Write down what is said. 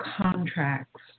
contracts